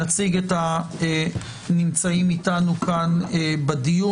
נציג את הנמצאים איתנו כאן בדיון.